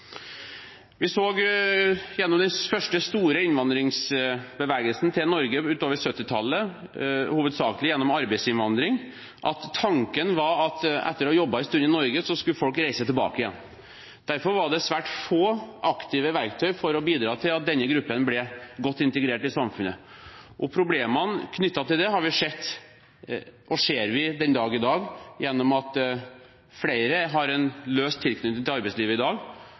Gjennom den første store innvandringsbevegelsen til Norge utover på 1970-tallet, hovedsakelig gjennom arbeidsinnvandring, så vi at tanken var at etter at folk hadde jobbet en stund i Norge, skulle de reise tilbake igjen. Derfor var det svært få aktive verktøy for å bidra til at denne gruppen ble godt integrert i samfunnet. Problemene knyttet til det har vi sett, og vi ser dem den dag i dag gjennom at flere i dag har en løs tilknytning til arbeidslivet,